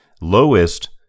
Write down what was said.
lowest